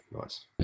Nice